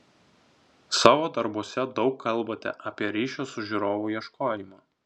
savo darbuose daug kalbate apie ryšio su žiūrovu ieškojimą